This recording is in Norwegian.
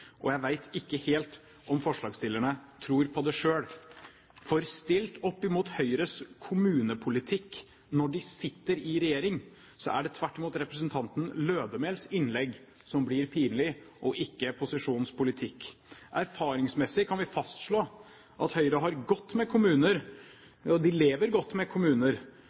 og jeg vet ikke helt om forslagsstillerne tror på det selv. For stilt opp mot Høyres kommunepolitikk da de satt i regjering, er det tvert imot representanten Lødemels innlegg som blir pinlig, og ikke posisjonens politikk. Erfaringsmessig kan vi fastslå at Høyre lever godt med kommuner som blir fattigere hvert år, som får sine inntekter økset til de